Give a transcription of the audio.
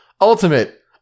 ultimate